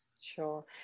sure